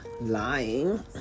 lying